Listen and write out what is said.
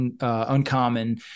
uncommon